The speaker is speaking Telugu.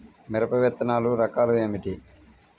మిరప విత్తనాల రకాలు ఏమిటి?